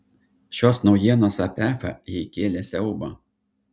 šios naujienos apie efą jai kėlė siaubą